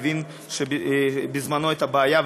הבין בזמנו את הבעיה,